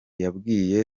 yabwiye